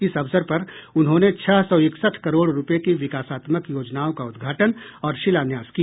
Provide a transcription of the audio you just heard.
इस अवसर पर उन्होंने छह सौ इकसठ करोड़ रूपये की विकासात्मक योजनाओं का उद्घाटन और शिलान्यास किया